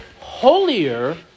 holier